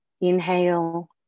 Inhale